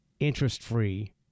interest-free